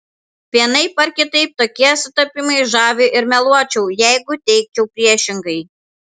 vienaip ar kitaip tokie sutapimai žavi ir meluočiau jeigu teigčiau priešingai